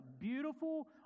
beautiful